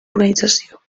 organització